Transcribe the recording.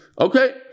Okay